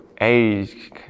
age